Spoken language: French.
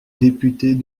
députés